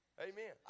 Amen